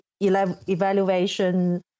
evaluation